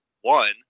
one